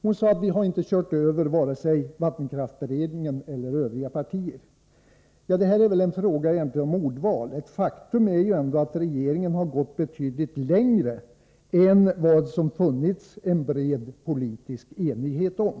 Hon sade att man inte kört över vare sig vattenkraftsberedningen eller övriga partier. Det här är egentligen en fråga om ordval. Ett faktum är att regeringen har gått betydligt längre än vad det funnits en bred politisk enighet om.